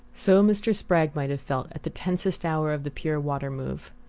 so mr. spragg might have felt at the tensest hour of the pure water move.